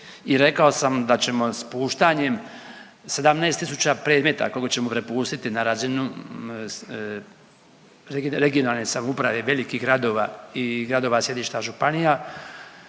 i rekao sam da ćemo spuštanjem 17 tisuća predmeta koje ćemo prepustiti na razinu regionalne samouprave, velikih gradova i gradova sjedišta županija